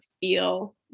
feel